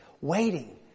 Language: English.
Waiting